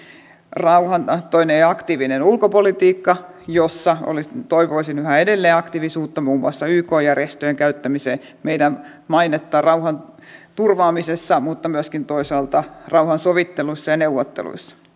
rauhantahtoinen ja aktiivinen ulkopolitiikka jossa toivoisin yhä edelleen aktiivisuutta muun muassa yk järjestöjen käyttämiseen ja meidän maineemme rauhanturvaamisessa mutta myöskin toisaalta rauhansovitteluissa ja neuvotteluissa